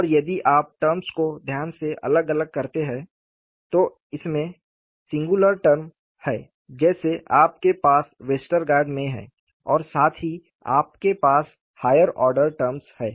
और यदि आप टर्म्स को ध्यान से अलग करते हैं तो इसमें सिंगुलर टर्म है जैसे आपके पास वेस्टरगार्ड में है और साथ ही आपके पास हायर ऑर्डर टर्म्स हैं